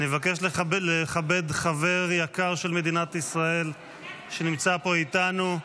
אני מבקש לכבד חבר יקר של מדינת ישראל שנמצא פה איתנו.